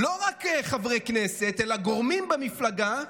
לא רק לחברי כנסת אלא לגורמים במפלגה,